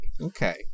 Okay